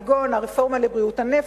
כגון הרפורמה לבריאות הנפש,